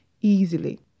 easily